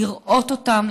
לראות אותם,